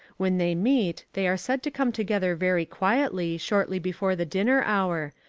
when they meet they are said to come together very quietly shortly before the dinner hour,